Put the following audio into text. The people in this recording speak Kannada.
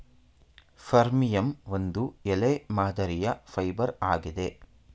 ಫರ್ಮಿಯಂ ಒಂದು ಎಲೆ ಮಾದರಿಯ ಫೈಬರ್ ಆಗಿದೆ